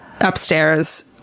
upstairs